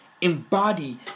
embody